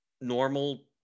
normal